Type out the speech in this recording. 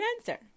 answer